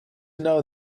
know